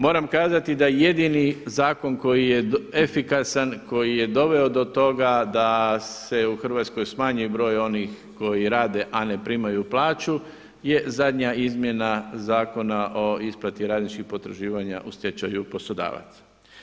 Moram kazati da je jedini zakon koji je efikasan, koji je doveo do toga da se u Hrvatskoj smanji broj onih koji rade a ne primaju plaću je zadnja izmjena zakona o isplati radničkih potraživanja u stečaju poslodavaca.